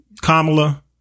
Kamala